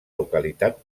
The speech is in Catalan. localitat